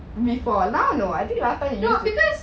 no because